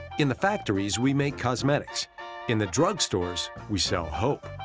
in the factories, we make cosmetics in the drugstores, we sell hope.